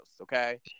Okay